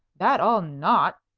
that i'll not!